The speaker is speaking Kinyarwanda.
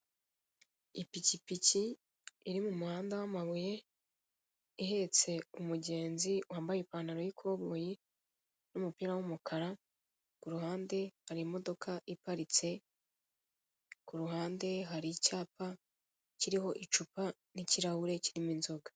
Ipikipiki iri mu muhanda w'amabuye ihetse umugenzi wambaye ipantaro y'ikoboyi n'umupira w'umukara ku ruhande hari imodoka iparitse, ku ruhande hari icyapa kiriho icupa n'ikirahure kiriho inzoga.